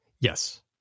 Yes